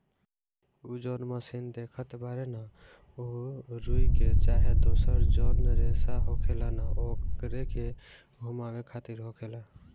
उ जौन मशीन देखत बाड़े न उ रुई के चाहे दुसर जौन रेसा होखेला न ओकरे के घुमावे खातिर होखेला